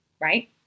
right